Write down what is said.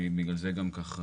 בגלל זה אני גם ככה,